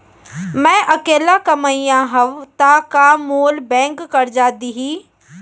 मैं अकेल्ला कमईया हव त का मोल बैंक करजा दिही?